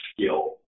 skill